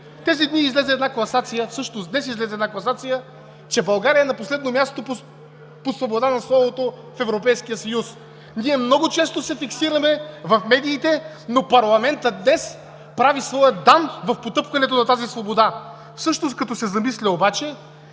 както и да го говорим. Днес излезе една класация, че България е на последно място по свобода на словото в Европейския съюз. Ние много често се фиксираме в медиите, но парламентът днес прави своя дан в потъпкването на тази свобода. Като се замисля обаче